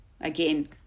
Again